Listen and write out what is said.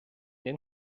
den